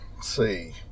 see